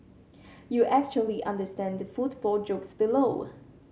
you actually understand the football jokes below